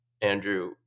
Andrew